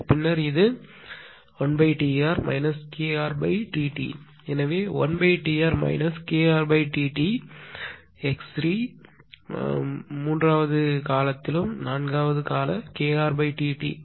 பின்னர் இது 1Tr KrTt எனவே 1Tr KrTt x3x3 மூன்றாம் காலத்திலும் நான்காவது கால KrTt x4